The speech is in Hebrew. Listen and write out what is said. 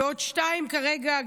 ועוד שתיים כרגע,